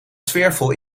sfeervol